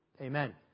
Amen